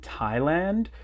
Thailand